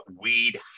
weed